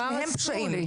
שניהם פשעים.